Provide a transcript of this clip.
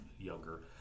younger